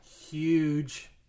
Huge